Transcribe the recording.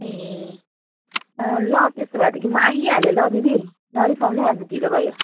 ए अँ ल त्यसो भएदेखि म आइहालेँ ल दिदी नरिसाउनु है आज ढिलो भयो